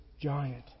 giant